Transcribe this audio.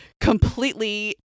completely